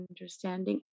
understanding